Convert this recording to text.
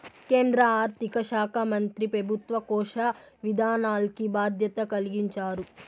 కేంద్ర ఆర్థిక శాకా మంత్రి పెబుత్వ కోశ విధానాల్కి బాధ్యత కలిగించారు